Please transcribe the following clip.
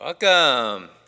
Welcome